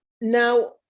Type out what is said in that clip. now